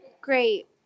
great